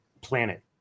planet